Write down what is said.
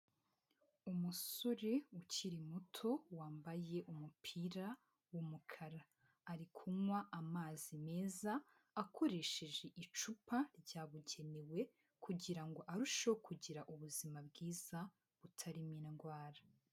Umusore ukiri muto wambaye umupira w'umukara ari kunywa amazi meza akoresheje icupa ryabugenewe kugira ngo arusheho kugira ubuzima bwiza butarimo indwara.